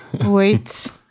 Wait